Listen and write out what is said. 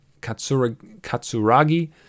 Katsuragi